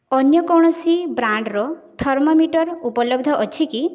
ଅନ୍ୟ କୌଣସି ବ୍ରାଣ୍ଡ୍ର ଥର୍ମୋମିଟର୍ ଉପଲବ୍ଧ ଅଛି କି